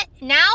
now